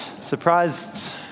surprised